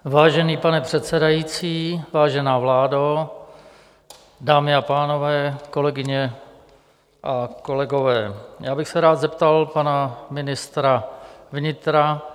Vážený pane předsedající, vážená vládo, dámy a pánové, kolegyně a kolegové, já bych se rád zeptal pana ministra vnitra.